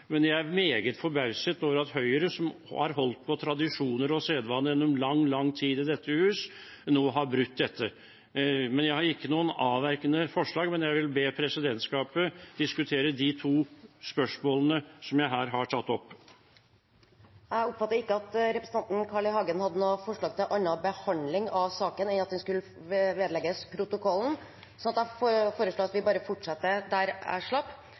men jeg er meget forbauset over at Høyre, som har holdt på tradisjoner og sedvane gjennom lang, lang tid i dette hus, nå har brutt dette. Jeg har ikke noe alternativt forslag, men jeg vil be presidentskapet diskutere de to spørsmålene som jeg her har tatt opp. Presidenten oppfatter ikke at representanten Carl I. Hagen hadde et forslag til en annen behandling av saken enn at den skulle vedlegges protokollen. – Så vi fortsetter der vi slapp. Det er enstemmig vedtatt at referatsakene nr. 1 og 2 vedlegges protokollen. Dagens kart er